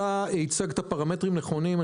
אתה הצגת פרמטרים נכונים,